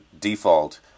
default